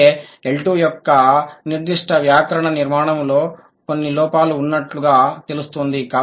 అంటే L2 యొక్క నిర్దిష్ట వ్యాకరణ నిర్మాణంలో కొన్ని లోపాలు ఉన్నట్లుగా తెలుస్తోంది